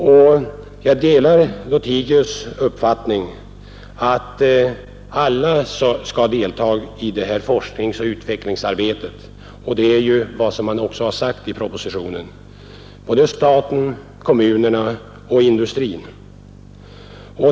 Jag delar herr Lothigius” uppfattning att alla skall delta i detta forskningsoch utvecklingsarbete — och det är också utsagt i propositionen — såväl staten som kommunerna och industrin.